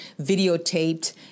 videotaped